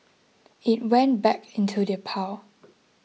it went back into the pile